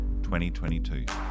2022